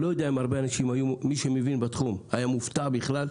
אני לא יודע אם מי שמבין בתום היה מופתע בכלל,